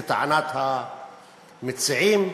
כטענת המציעים,